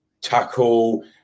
tackle